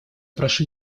прошу